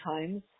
times